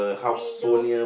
window